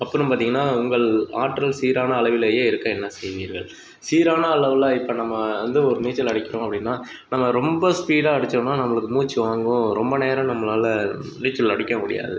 அப்புறம் பாத்தீங்கன்னா உங்கள் ஆற்றல் சீரான அளவிலேயே இருக்க என்ன செய்வீர்கள் சீரான அளவில் இப்போ நம்ம வந்து ஒரு நீச்சல் அடிக்கிறோம் அப்படின்னா நம்ம ரொம்ப ஸ்பீடாக அடிச்சோம்னா நம்மளுக்கு மூச்சு வாங்கும் ரொம்ப நேரம் நம்மளால நீச்சல் அடிக்க முடியாது